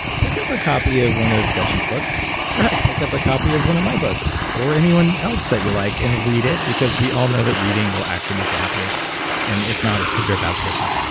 pick up a copy of one of gretchen's books or like pick up a copy of one of my books or anyone else that you like and read it because we all know that reading will actually make you happier and, if not, it's because you're a bad a person,